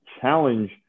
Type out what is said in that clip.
challenge